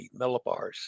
millibars